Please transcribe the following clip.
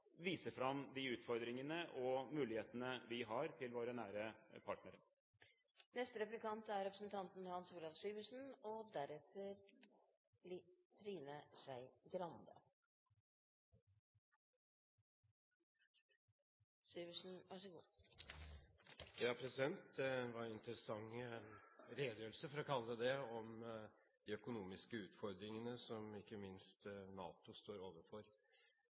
vise fram de utfordringene og mulighetene vi har, til våre nære partnere. Det var en interessant redegjørelse, for å kalle den det, om de økonomiske utfordringene som ikke minst NATO står overfor.